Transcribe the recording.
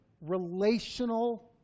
relational